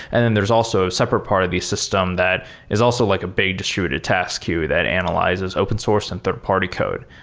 and then there's also separate part of the system that is also like a big distributed task queue that analyzes open source and third-party code.